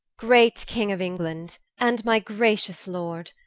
great king of england, and my gracious lord,